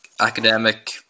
academic